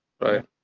right